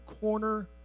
corner